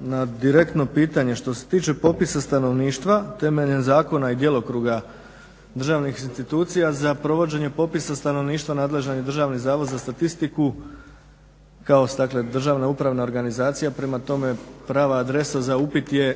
na direktno pitanje što se tiče popisa stanovništva temeljem zakona i djelokruga državnih institucija za provođenje popisa stanovništva nadležan je DZS-u kao državna upravna organizacija prema tome prava adresa za upit je